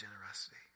generosity